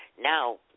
Now